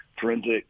Forensic